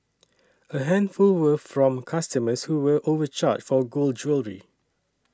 a handful were from customers who were overcharged for gold jewellery